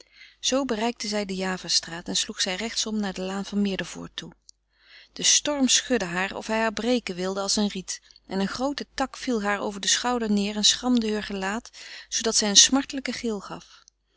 zoo bereikte zij de javastraat en sloeg zij rechts om naar de laan van meerdervoort toe de storm schudde haar of hij haar breken wilde als een riet en een groote tak viel haar over den schouder neêr en schramde heur gelaat zoodat zij een smartelijken gil gaf